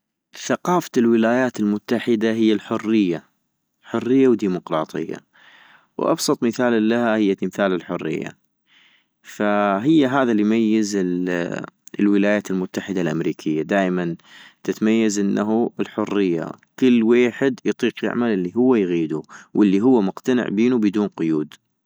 ثقافة الولايات المتحده هي الحرية ، حرية و ديموقراطية، وابسط مثال الها هي تمثال الحرية - فهي هذا اللي يميز الولايات المتحدة الأمريكية ،دائما تتميز انه الحرية كل ويحد يطيق يعمل الي هو يغيدو والي هو مقتنع بينو بدون قيود